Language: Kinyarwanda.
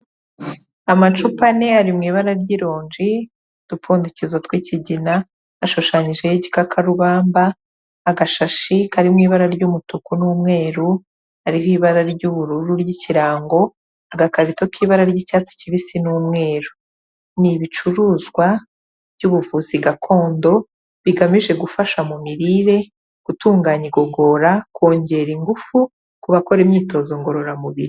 Amacupa ane ari mu ibara ry'ironji, udupfundikizo tw'ikigina, ashushanyijweho igikakarubamba, agashashi kari mu ibara ry'umutuku n'umweru, hariho ibara ry'ubururu ry'ikirango, agakarito k'ibara ry'icyatsi kibisi n'umweru, ni ibicuruzwa by'ubuvuzi gakondo bigamije gufasha mu mirire, gutunganya igogora, kongera ingufu ku bakora imyitozo ngororamubiri.